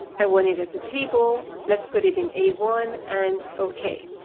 i wanted it as a table, let's put it in a one and ok.